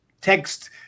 text